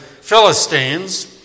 Philistines